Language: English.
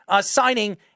signing